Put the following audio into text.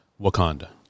wakanda